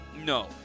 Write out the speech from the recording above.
No